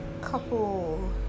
couple